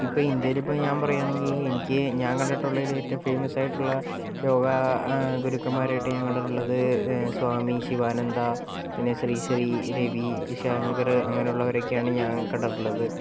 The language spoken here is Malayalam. ഇപ്പം ഇന്ത്യയിലിപ്പോൾ ഞാൻ പറയുകയാണെങ്കിൽ എനിക്ക് ഞാൻ കണ്ടിട്ടുള്ളതിൽ ഏറ്റവും ഫേമസായിട്ടുള്ള യോഗ അ ഗുരുക്കന്മാരായിട്ട് ഞാൻ കണ്ടിട്ടുള്ളത് സ്വാമി ശിവാനന്ദ പിന്നെ ശ്രീശ്രീ രവി ശങ്കർ അങ്ങനെയൊക്കെയുള്ളവരാണ് ഞാൻ കണ്ടിട്ടുള്ളത്